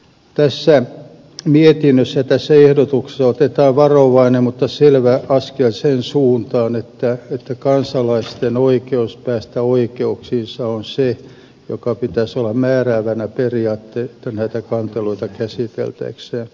tässä mietinnössä tässä ehdotuksessa otetaan varovainen mutta selvä askel sen suuntaan että kansalaisten oikeus päästä oikeuksiinsa on se jonka pitäisi olla määräävänä periaatteena näitä kanteluita käsiteltäessä